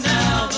now